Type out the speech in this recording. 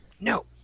no